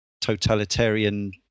totalitarian